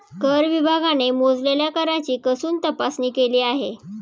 कर विभागाने मोजलेल्या कराची कसून तपासणी केली आहे